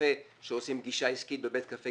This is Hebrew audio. קפה כשעושים פגישה עסקית בבית קפה,